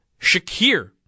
Shakir